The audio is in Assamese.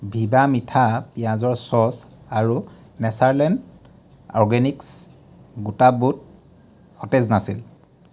ভীবা মিঠা পিঁয়াজৰ চচ আৰু নেচাৰলেণ্ড অৰগেনিক্ছ গোটা বুট সতেজ নাছিল